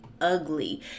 ugly